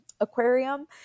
Aquarium